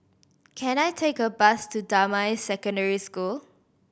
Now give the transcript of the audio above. can I take a bus to Damai Secondary School